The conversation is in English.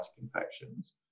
infections